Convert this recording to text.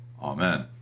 Amen